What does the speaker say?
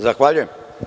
Zahvaljujem.